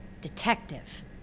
Detective